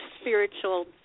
spiritual